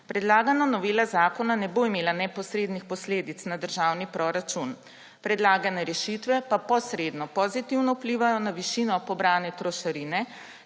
Predlagana novela zakona ne bo imela neposrednih posledic na državni proračun, predlagane rešitve pa posredno pozitivno vplivajo na višino pobrane trošarine,